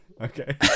Okay